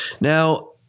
Now